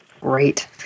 Great